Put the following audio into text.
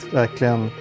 verkligen